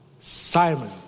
Simon